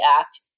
Act